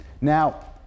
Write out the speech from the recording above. Now